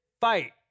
fight